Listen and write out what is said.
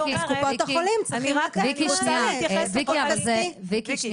ויקי שנייה, ויקי.